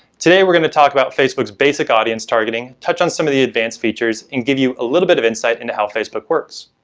today we're going to talk about facebook's basic audience targeting, touch on some of the advanced features and give you a little bit of insight into how facebook works.